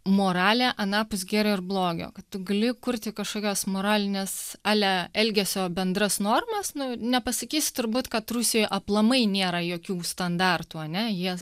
moralė anapus gėrio ir blogio kad tu gali kurti kažkokias moralines ale elgesio bendras normas nu nepasakysi turbūt kad rusijoj aplamai nėra jokių standartų ane jie